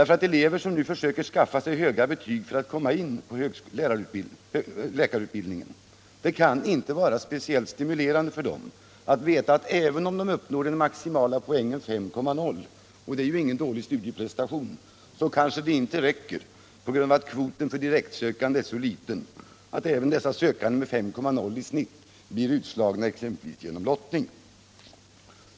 För elever som nu försöker skaffa sig höga betyg för att komma in på läkarutbildningen kan det inte vara speciellt stimulerande att veta att även om de uppnår den maximala poängsumman 5,0 — och det är ju ingen dålig studieprestation — kanske det ändå inte räcker på grund av att kvoten för direktsökande är så liten, att även sökande med 5,0 i genomsnitt blir utslagna exempelvis genom lottning.